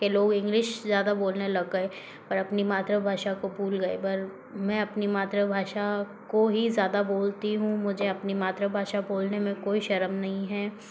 की लोग इंग्लिश ज़्यादा बोलने लग गए और अपनी मातृभाषा को भूल गए पर मैं अपनी मातृभाषा को ही ज़्यादा बोलती हूँ मुझे अपनी मातृभाषा बोलने में कोई शर्म नहीं है